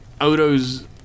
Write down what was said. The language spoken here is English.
Odo's